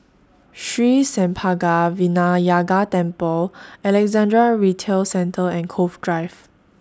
Sri Senpaga Vinayagar Temple Alexandra Retail Centre and Cove Drive